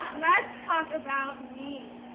let's talk about me,